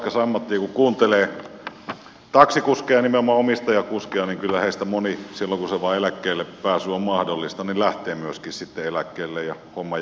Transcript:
kun kuuntelee taksikuskeja nimenomaan omistajakuskeja niin kyllä heistä moni silloin kun se eläkkeellepääsy vain on mahdollista lähtee myöskin sitten eläkkeelle ja homma jää siihen